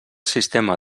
sistema